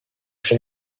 się